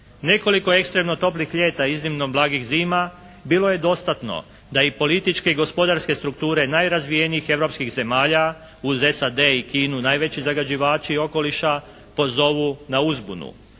Nekoliko ekstremno toplih ljeta i iznimno blagih zima bilo je dostatno da i političke i gospodarske strukture najrazvijenijih europskih zemalja uz SAD i Kinu, najveće zagađivače okoliša pozovu na uzbunu.